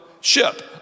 ship